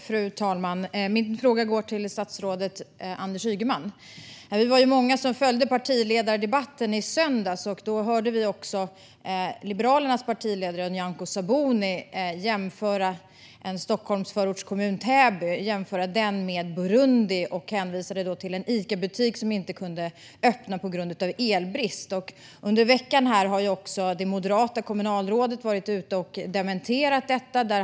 Fru talman! Min fråga går till statsrådet Anders Ygeman. Vi var många som följde partiledardebatten i söndags och hörde Liberalernas partiledare Nyamko Sabuni jämföra kommunen Täby utanför Stockholm med Burundi eftersom en Icabutik inte kunnat öppna på grund av elbrist. Under veckan har det moderata kommunalrådet dementerat detta.